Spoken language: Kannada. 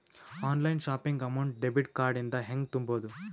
Online shopping amount debit card ಇಂದ ಹೆಂಗ್ ತುಂಬೊದು?